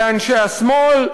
לאנשי השמאל,